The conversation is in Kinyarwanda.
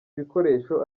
ibikoresho